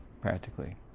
practically